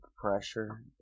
pressure